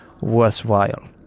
worthwhile